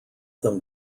them